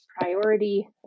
priority